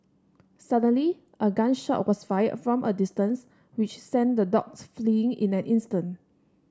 suddenly a gun shot was fired from a distance which sent the dogs fleeing in an instant